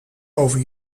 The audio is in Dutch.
over